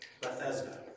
Bethesda